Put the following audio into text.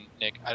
Nick